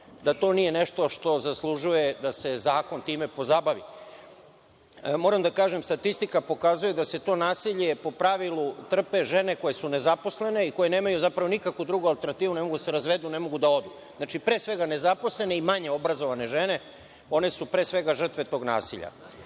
da to nije nešto što zaslužuje da se zakon time pozabavi. Moram da kažem, statistika pokazuje da to nasilje po pravilu trpe žene koje su nezaposlene i koje nemaju zapravo nikakvu drugu alternativu, ne mogu da se razvedu, ne mogu da odu. Znači, pre svega nezaposlene i manje obrazovane žene, one su pre svega žrtve tog nasilja. Ali,